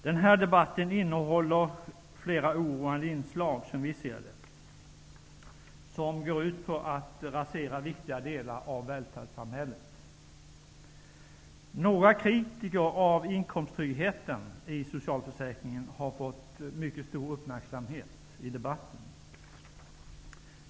Den här debatten innehåller som vi ser det flera oroande inslag, som går ut på att rasera viktiga delar av välfärdssamhället. Några kritiker av inkomsttryggheten i socialförsäkringen har fått mycket stor uppmärksamhet i debatten.